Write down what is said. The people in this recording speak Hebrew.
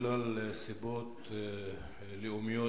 בגלל סיבות לאומיות,